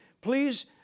please